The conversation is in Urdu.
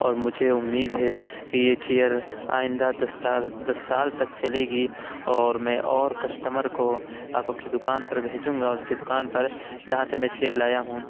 اور مجھے امید ہے کہ یہ چیئر آئندہ دس سال تک چلے گی اور میں اور کسٹمر کو آپ کے دکان پر بھیجوں گا اس کی دکان پر جہاں سے میں چیئر لایا ہوں